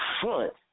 front